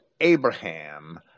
Abraham